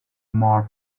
more